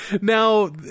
now